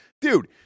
Dude